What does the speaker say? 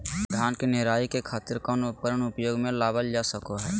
धान के निराई के खातिर कौन उपकरण उपयोग मे लावल जा सको हय?